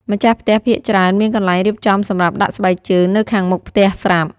ម្ចាស់ផ្ទះភាគច្រើនមានកន្លែងរៀបចំសម្រាប់ដាក់ស្បែកជើងនៅខាងមុខផ្ទះស្រាប់។